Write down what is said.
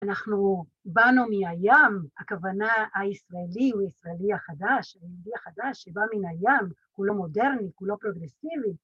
אנחנו באנו מהים, הכוונה הישראלי הוא הישראלי החדש, היהודי החדש שבא מן הים, הוא לא מודרני, הוא לא פרוגרסיבי.